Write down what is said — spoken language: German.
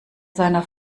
seiner